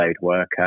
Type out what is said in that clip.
worker